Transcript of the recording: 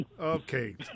Okay